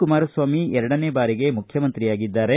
ಕುಮಾರಸ್ವಾಮಿ ಎರಡನೇ ಬಾರಿಗೆ ಮುಖ್ಯಮಂತ್ರಿ ಆಗಿದ್ದಾರೆ